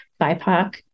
BIPOC